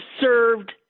served